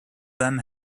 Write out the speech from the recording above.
them